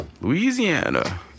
Louisiana